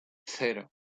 cero